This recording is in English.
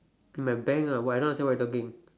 in my bank ah what I don't understand what you talking